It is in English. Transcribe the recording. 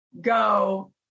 go